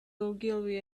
ogilvy